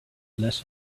less